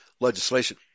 Legislation